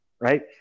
right